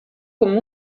come